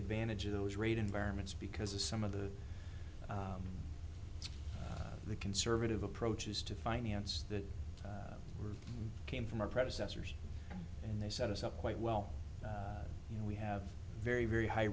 advantage of those rate environments because of some of the the conservative approaches to finance that came from our predecessors and they set us up quite well you know we have very very high